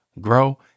grow